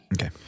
Okay